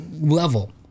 level